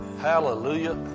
Hallelujah